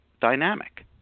dynamic